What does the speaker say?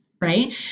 right